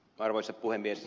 arvoisa puhemies